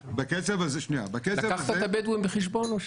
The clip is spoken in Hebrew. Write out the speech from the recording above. לקחת את הבדואים בחשבון?